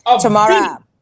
Tomorrow